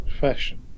fashion